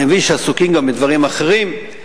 אני מבין שעסוקים גם בדברים אחרים,